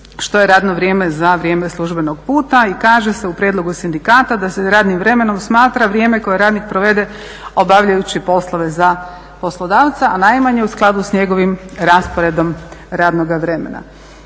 što je radno vrijeme za vrijeme službenog puta i kaže se u prijedlogu sindikata da se radnim vremenom smatra vrijeme koje radnik provede obavljajući poslove za poslodavca a najmanje u skladu sa njegovim rasporedom radnoga vremena.